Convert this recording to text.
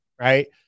Right